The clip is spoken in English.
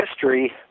history